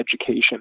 education